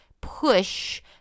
push